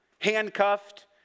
handcuffed